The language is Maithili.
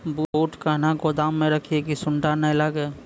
बूट कहना गोदाम मे रखिए की सुंडा नए लागे?